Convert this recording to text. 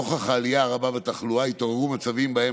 נוכח העלייה הרבה בתחלואה התעוררו מצבים שבהם